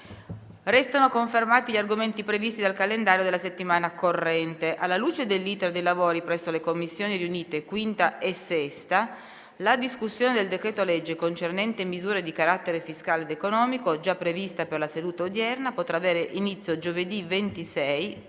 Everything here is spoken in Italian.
Restano confermati gli argomenti previsti dal calendario della settimana corrente. Alla luce dell'*iter* dei lavori presso le Commissioni riunite 5ª e 6ª, la discussione del decreto-legge concernente misure di carattere fiscale ed economico, già prevista per la seduta odierna, potrà avere inizio giovedì 26